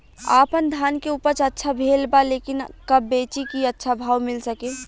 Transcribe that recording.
आपनधान के उपज अच्छा भेल बा लेकिन कब बेची कि अच्छा भाव मिल सके?